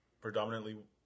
predominantly